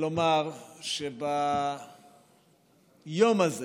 לומר שביום הזה